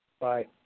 Bye